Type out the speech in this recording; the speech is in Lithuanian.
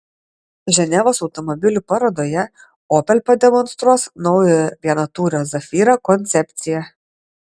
ženevos automobilių parodoje opel pademonstruos naujojo vienatūrio zafira koncepciją